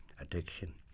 addiction